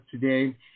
today